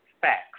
Facts